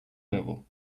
level